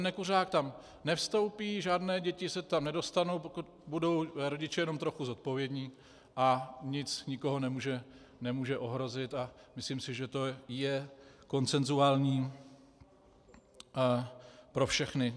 Nekuřák tam nevstoupí, žádné děti se tam nedostanou, pokud budou rodiče jenom trochu zodpovědní, a nic nikoho nemůže ohrozit a myslím si, že to je konsenzuální pro všechny.